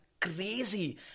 crazy